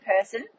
person